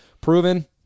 proven